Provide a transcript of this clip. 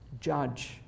judge